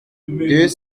deux